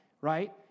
right